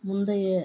முந்தைய